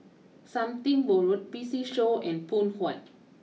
something Borrowed P C show and Phoon Huat